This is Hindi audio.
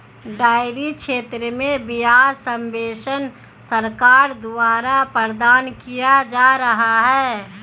डेयरी क्षेत्र में ब्याज सब्वेंशन सरकार द्वारा प्रदान किया जा रहा है